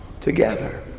together